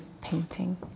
painting